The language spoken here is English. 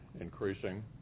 increasing